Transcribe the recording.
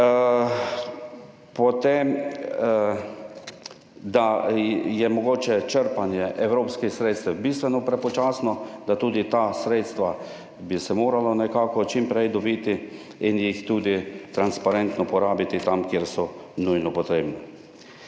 Potem da je mogoče črpanje evropskih sredstev bistveno prepočasno, da tudi ta sredstva bi se moralo nekako čim prej dobiti in jih tudi transparentno porabiti tam, kjer so nujno potrebna.